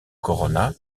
corona